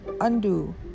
undo